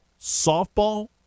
softball